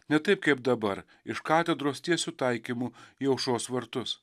ne taip kaip dabar iš katedros tiesiu taikymu į aušros vartus